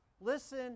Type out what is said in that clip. Listen